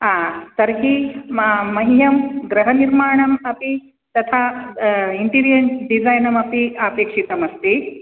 आ तर्हि म मह्यं गृहनिर्माणम् अपि तथा इण्टिरियर्डिसैनम् अपि अपेक्षितमस्ति